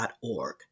org